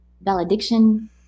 valediction